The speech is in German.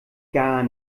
gar